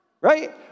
Right